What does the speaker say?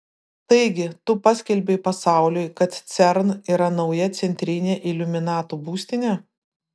taigi tu paskelbei pasauliui kad cern yra nauja centrinė iliuminatų būstinė